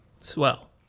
Swell